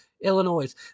Illinois